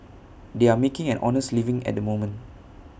they are making an honest living at the moment